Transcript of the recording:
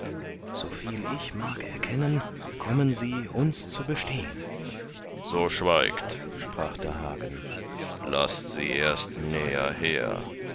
soviel ich mag erkennen kommen sie uns zu bestehn so schweigt sprach da hagen laßt sie erst näher her